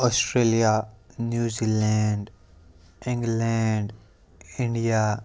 Australia New Zealand England India